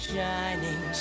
Shining